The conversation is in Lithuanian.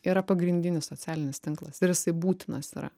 yra pagrindinis socialinis tinklas ir jisai būtinas yra